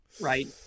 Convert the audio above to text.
right